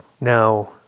Now